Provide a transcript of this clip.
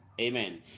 amen